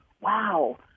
wow